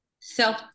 self